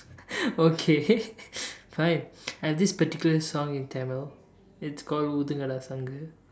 okay fine I have this particular song in Tamil it's called oothungada sangu